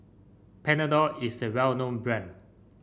Panadol is a well known brand